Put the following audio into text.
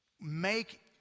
make